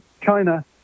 China